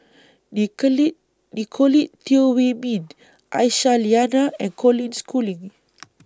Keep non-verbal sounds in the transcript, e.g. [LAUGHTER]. [UNINTELLIGIBLE] Nicolette Teo Wei Min Aisyah Lyana and Colin Schooling [NOISE]